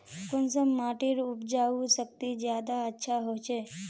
कुंसम माटिर उपजाऊ शक्ति ज्यादा अच्छा होचए?